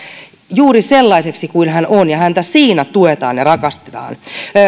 juuri sellaiseksi kuin hän on ja häntä siinä tuetaan ja rakastetaan